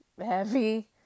heavy